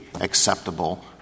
acceptable